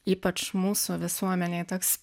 ypač mūsų visuomenėje toks